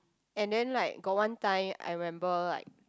and then like got one time I remember like